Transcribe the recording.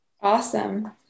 Awesome